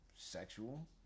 Sexual